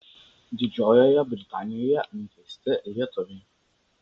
didžiojoje britanijoje nuteisti lietuviai